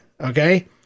Okay